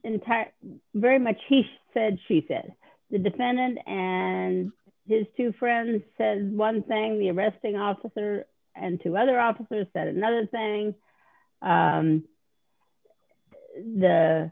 entirely very much he said she said the defendant and his two friends says one thing the arresting officer and two other officers said another thing the the